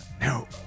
No